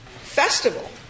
Festival